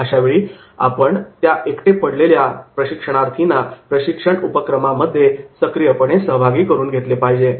यावेळी आपण अशा एकटे पडलेल्या प्रशिक्षणार्थींना प्रशिक्षण उपक्रमांमध्ये सक्रियपणे सहभागी करून घेतले पाहिजे